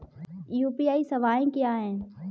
UPI सवायें क्या हैं?